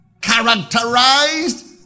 characterized